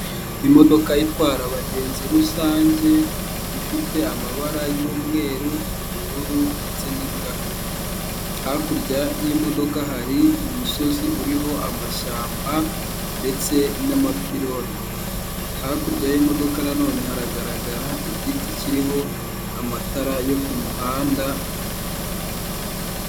Imodoka itwara abagenzi rusange ifite amabara y'umweru, ubururu ndetse n'ibirahure, hakurya y'imodoka hari umusozi uriho amashyamba ndetse n'amapironi, hakurya y'imodoka na none haragaragara igiti kiriho amatara yo ku muhanda.